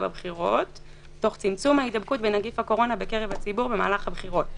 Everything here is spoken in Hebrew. בבחירות תוך צמצום ההידבקות בנגיף הקורונה בקרב הציבור במהלך הבחירות.